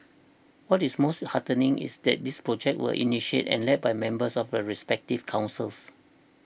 what is most heartening is that these projects were initiated and led by members of the respective councils